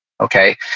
okay